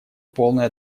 полной